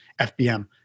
FBM